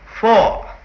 four